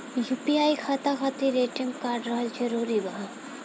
UPI खाता खातिर ATM card रहल जरूरी बा?